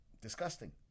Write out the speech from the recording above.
disgusting